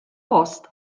post